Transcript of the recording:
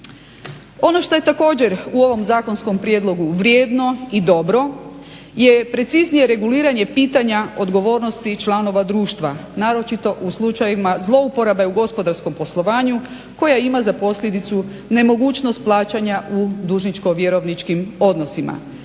Ono što je također u ovom zakonskom prijedlogu vrijedno i dobro je preciznije reguliranje pitanja odgovornosti članova društva, naročito u slučajevima zlouporabe u gospodarskom poslovanju koja ima za posljedicu nemogućnost plaćanja u dužničko-vjerovničkim odnosima.